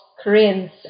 Koreans